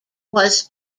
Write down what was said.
was